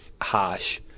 harsh